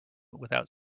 without